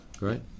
Right